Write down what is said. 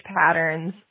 patterns